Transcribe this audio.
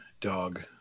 dog